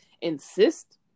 insist